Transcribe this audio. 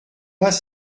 pas